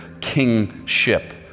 kingship